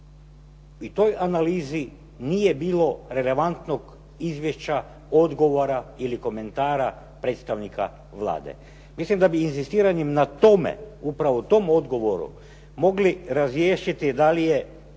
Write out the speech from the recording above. o toj analizi nije bilo relevantnog izvješća odgovora ili komentara predstavnika Vlade. Mislim da bi inzistiranjem na tome, upravo tom odgovoru mogli razriješiti da li je